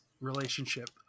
relationship